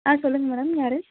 ஆ சொல்லுங்கள் மேடம் யார்